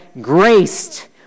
graced